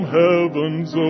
heaven's